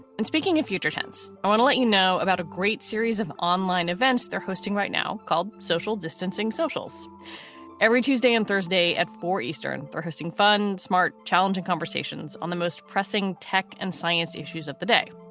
and speaking of future tense, i want to let you know about a great series of online events they're hosting right now called social distancing socials every tuesday and thursday at four zero eastern. or hosting fun, smart, challenging conversations on the most pressing tech and science issues of the day.